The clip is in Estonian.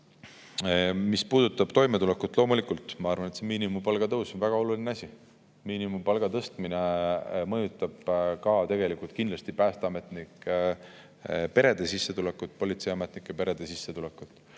mis puudutab toimetulekut, siis loomulikult ma arvan, et miinimumpalga tõus on väga oluline asi. Miinimumpalga tõstmine mõjutab kindlasti ka päästeametnike perede sissetulekut, politseiametnike perede sissetulekut.